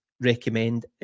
recommend